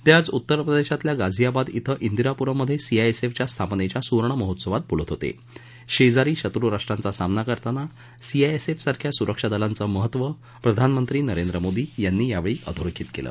त आज उत्तरप्रदश्वतल्या गाझीयाबाद इथं इंदिरापुरममध्यस्त्रीआयएसएफच्या स्थापनच्या सुवर्ण महोत्सवात तब्रिलत होत आज्रीरी शत्रूराष्ट्रांचा सामना करताना सीआयएसएफ सारख्या सुरक्षा दलांचं महत्व प्रधानमंत्री नरेंद्र मोदी यांनी यावळी अधोरखित कळी